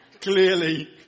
Clearly